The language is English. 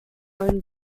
own